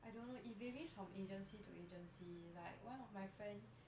I don't know it varies from agency to agency like one of my friends